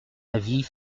avis